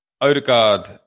Odegaard